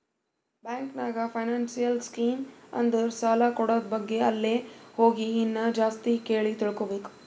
bank ನಾಗ್ financial scheme ಅಂದುರ್ ಸಾಲ ಕೂಡದ್ ಬಗ್ಗೆ ಅಲ್ಲೇ ಹೋಗಿ ಇನ್ನಾ ಜಾಸ್ತಿ ಕೇಳಿ ತಿಳ್ಕೋಬೇಕು